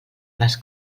les